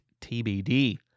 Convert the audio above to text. TBD